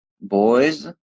boys